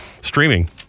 streaming